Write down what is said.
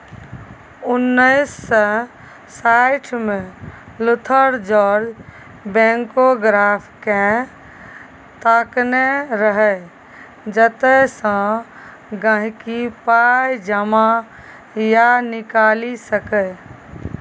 उन्नैस सय साठिमे लुथर जार्ज बैंकोग्राफकेँ तकने रहय जतयसँ गांहिकी पाइ जमा या निकालि सकै